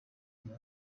rya